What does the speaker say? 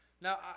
Now